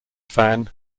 fan